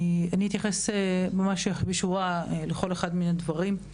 אני אתייחס לכל אחד מהדברים.